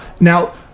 Now